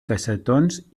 cassetons